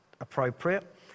appropriate